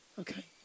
Okay